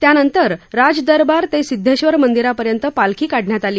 त्यानंतर राज रबार ते सिध्योश्वर मंगिरापर्यंत पालखी काढण्यात आली